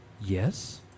Yes